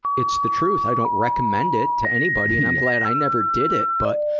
it's the truth. i don't recommend it to anybody, and i'm glad i never did it. but,